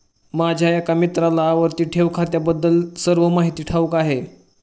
माझ्या एका मित्राला आवर्ती ठेव खात्याबद्दल सर्व माहिती ठाऊक आहे